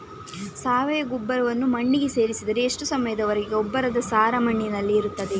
ಸಾವಯವ ಗೊಬ್ಬರವನ್ನು ಮಣ್ಣಿಗೆ ಸೇರಿಸಿದರೆ ಎಷ್ಟು ಸಮಯದ ವರೆಗೆ ಗೊಬ್ಬರದ ಸಾರ ಮಣ್ಣಿನಲ್ಲಿ ಇರುತ್ತದೆ?